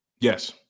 Yes